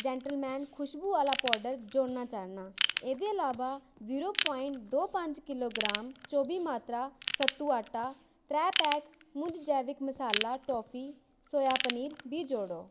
gentleman खुशबु आह्ला powder जोड़ना चाह्न्नां एह्दे अलावा जीरो प्वाइंट दो पंज किलोग्राम चौह्बी मात्रा सत्तू आटा त्रैऽ पैक मूज़ जैविक मसाला टोफू सोया पनीर बी जोड़ो